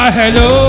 hello